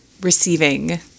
receiving